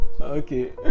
Okay